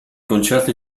concerti